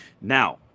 Now